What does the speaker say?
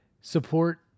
support